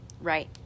Right